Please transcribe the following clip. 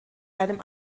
einem